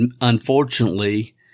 unfortunately